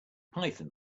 python